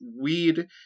weed